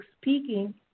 speaking